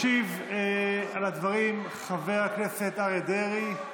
ישיב על הדברים חבר הכנסת אריה דרעי.